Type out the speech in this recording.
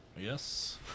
yes